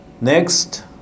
Next